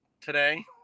today